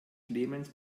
clemens